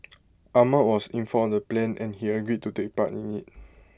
Ahmad was informed the plan and he agreed to take part in IT